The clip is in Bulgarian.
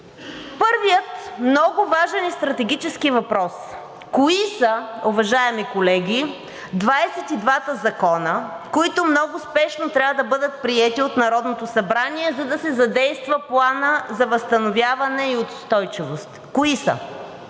Първият много важен и стратегически въпрос: кои са, уважаеми колеги, 22-та закона, които много спешно трябва бъдат приети от Народното събрание, за да се задейства Планът за възстановяване и устойчивост? Кои са?